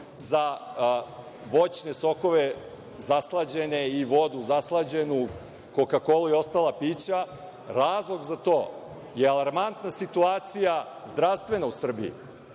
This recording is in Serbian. za voćne sokove, zaslađene i vodu zaslađenu, koka-kolu i ostala pića. Razlog za to je alarmantna situacija zdravstvena u Srbiji. Znači,